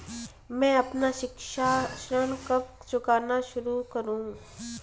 मैं अपना शिक्षा ऋण कब चुकाना शुरू करूँ?